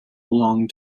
belonged